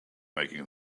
making